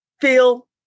feel